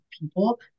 people